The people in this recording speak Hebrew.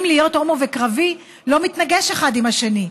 אם להיות הומו וקרבי לא מתנגש אחד עם השני.